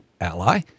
ally